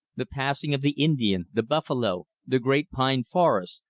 the passing of the indian, the buffalo, the great pine forests,